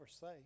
say